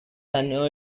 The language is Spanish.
ganó